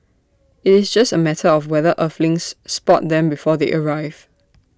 IT is just A matter of whether Earthlings spot them before they arrive